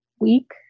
week